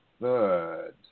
third